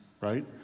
right